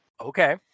Okay